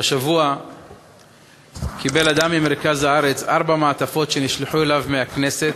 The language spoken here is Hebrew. השבוע קיבל אדם ממרכז הארץ ארבע מעטפות שנשלחו אליו מהכנסת,